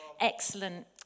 Excellent